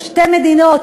או שתי מדינות,